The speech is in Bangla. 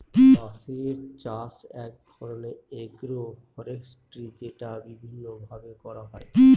বাঁশের চাষ এক ধরনের এগ্রো ফরেষ্ট্রী যেটা বিভিন্ন ভাবে করা হয়